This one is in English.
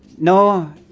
No